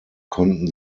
konnten